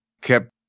kept